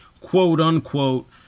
quote-unquote